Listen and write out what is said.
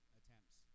attempts